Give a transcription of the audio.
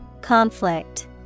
Conflict